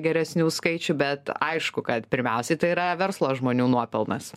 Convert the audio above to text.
geresnių skaičių bet aišku kad pirmiausiai tai yra verslo žmonių nuopelnas